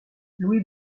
louis